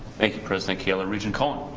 thank you president kaler, regent cohen.